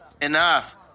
enough